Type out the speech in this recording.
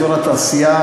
אזור התעשייה,